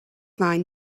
line